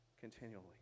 continually